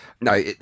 No